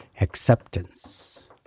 acceptance